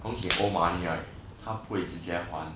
红景 owe money right 他不会直接还